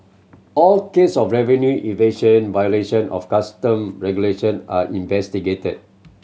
all case of revenue evasion violation of custom regulation are investigated